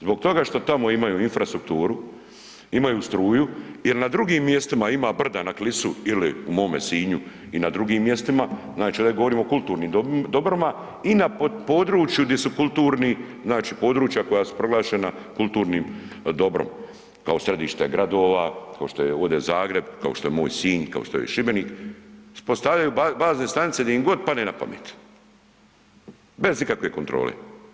Zbog toga što tamo imaju infrastrukturu, imaju struju, jel na drugim mjestima ima brda na Klisu ili u mome Sinju i na drugim mjestima, znači ovdje govorimo o kulturnim dobrima, i na području gdje su kulturni, znači područja koja su proglašena kulturnim dobrom, kao središte gradova, kao što je ovdje Zagreb, kao što je moj Sinj, kao što je Šibenik, postavljaju bazne stanice di im god padne na pamet bez ikakve kontrole.